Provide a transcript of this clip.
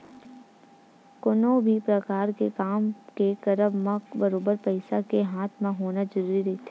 कोनो भी परकार के काम के करब म बरोबर पइसा के हाथ म होना जरुरी रहिथे